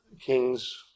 kings